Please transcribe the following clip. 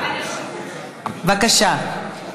בבקשה.